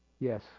Yes